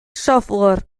software